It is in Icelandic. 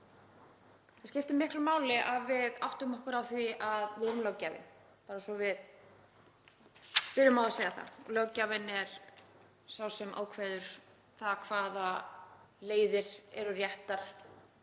Það skiptir miklu máli að við áttum okkur á því að við erum löggjafinn, bara svo við byrjum á að segja það, og löggjafinn er sá sem ákveður hvaða leiðir eru réttar